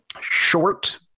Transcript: short